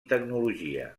tecnologia